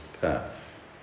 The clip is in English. path